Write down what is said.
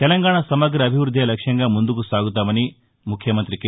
తెలంగాణ సమగ్ర అభివృద్దే లక్ష్యంగా ముందుకు సాగుతామని ముఖ్యమంతి కె